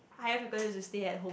higher frequent to stay home